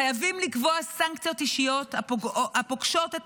חייבים לקבוע סנקציות אישיות הפוגשות את